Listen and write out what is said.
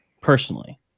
personally